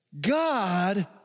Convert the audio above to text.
God